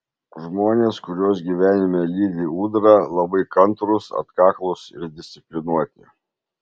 žmonės kuriuos gyvenime lydi ūdra labai kantrūs atkaklūs ir disciplinuoti